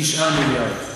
9 מיליארד,